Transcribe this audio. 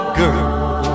girl